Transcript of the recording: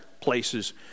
places